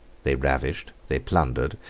they ravished, they plundered,